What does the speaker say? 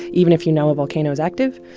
even if you know a volcano is active.